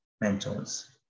mentors